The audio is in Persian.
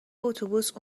اتوبوس